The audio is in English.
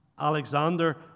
Alexander